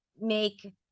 make